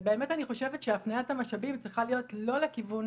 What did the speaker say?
ובאמת אני חושבת שהפניית המשאבים צריכה להיות גם לכיוון